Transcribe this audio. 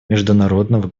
международного